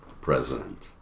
president